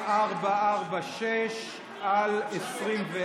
2446/24,